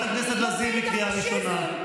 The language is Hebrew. חברת הכנסת לזימי, קריאה ראשונה.